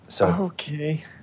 Okay